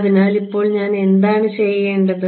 അതിനാൽ ഇപ്പോൾ ഞാൻ എന്താണ് ചെയ്യേണ്ടത്